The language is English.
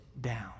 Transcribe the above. down